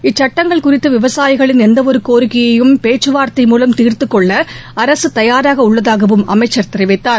இச்சுட்டங்கள் குறித்த விவசாயிகளின் எந்த ஒரு கோரிக்கையையும் பேச்சுவார்த்தை மூலம் தீர்த்துக் கொள்ள அரசு தயாராக உள்ளதாகவும் அமைச்சர் தெரிவித்தார்